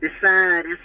decide